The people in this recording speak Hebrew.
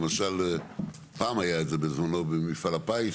למשל פעם היה את זה בזמנו במפעל הפיס,